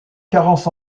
carence